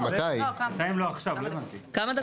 מתי אם לא עכשיו?‬‬‬‬ ‬‬‬‬‬ כמה דקות.